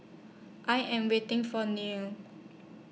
I Am waiting For Nils